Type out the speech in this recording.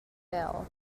bell